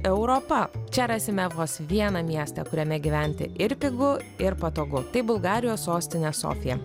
europa čia rasime vos vieną miestą kuriame gyventi ir pigu ir patogu tai bulgarijos sostinė sofija